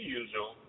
usual